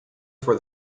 for